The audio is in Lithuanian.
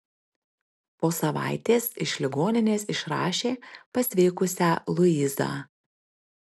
po savaitės iš ligoninės išrašė pasveikusią luizą